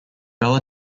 bell